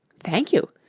thank you,